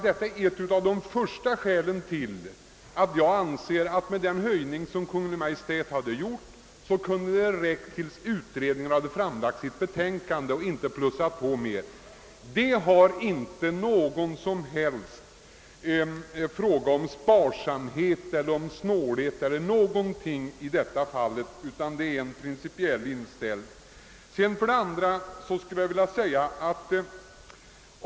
Detta är ett av de starkaste skälen till att jag anser den höjning vara tillräcklig som Kungl. Maj:t har gjort. Ytterligare anslagsökningar bör anstå till dess utredningen framlagt sitt betänkande. Det är här inte fråga om någon som helst sparsamhet eller snålhet, utan om en rent principiell inställning.